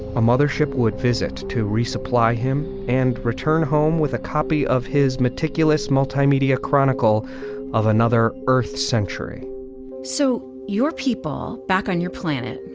a mothership would visit to resupply him and return home with a copy of his meticulous multi-media chronicle of another earth century so your people back on your planet,